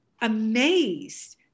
amazed